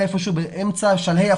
זה היה באמצע מאי,